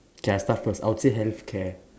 K I start first I would say healthcare